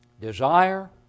desire